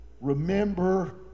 remember